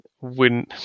win